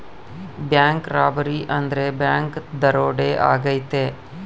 bank robbery ಅಂದ್ರೆ bank ದರೋಡೆ ಆಗೈತೆ